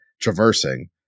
traversing